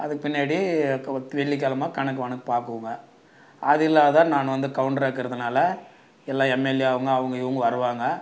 அதுக்கு பின்னாடி வெள்ளிக்கெழமை கணக்குவழக்கு பார்க்குவோங்க அது இல்லாது நான் வந்து கவுண்டராக இருக்கறதுனால எல்லாம் எம்எல்ஏ அவங்க அவங்க இவங்க வருவாங்க